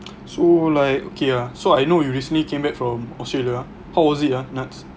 so like okay ah so I know you recently came back from Australia ah how was it ah Nads